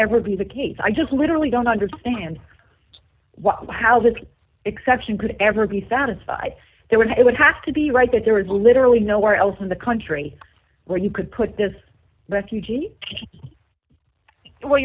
ever be the case i just literally don't understand why how this exception could ever be satisfied they would it would have to be right that there was literally nowhere else in the country where you could put this refugee